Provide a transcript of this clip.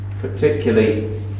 particularly